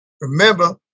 Remember